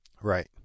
Right